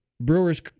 Brewers